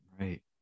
Right